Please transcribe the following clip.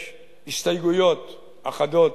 יש, הסתייגויות אחדות,